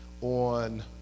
on